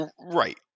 Right